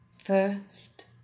First